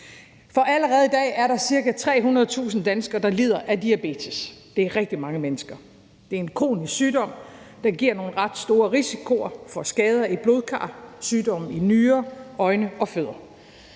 For allerede i dag er der ca. 300.000 danskere, der lider af diabetes. Det er rigtig mange mennesker. Det er en kronisk sygdom. Den giver en ret stor risikofor skader i blodkar og sygdomme i nyrer, øjne og fødder.